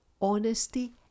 honesty